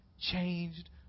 changed